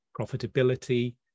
profitability